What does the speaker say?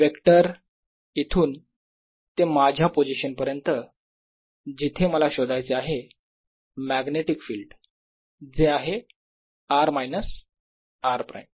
vector इथून ते माझ्या पोझिशन पर्यंत जिथे मला शोधायचे आहे मॅग्नेटिक फिल्ड जे आहे r मायनस r प्राईम